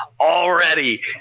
already